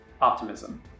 Optimism